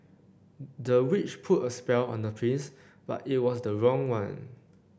the witch put a spell on the prince but it was the wrong one